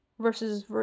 Versus